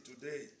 today